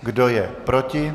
Kdo je proti?